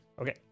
Okay